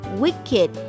wicked